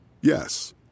Yes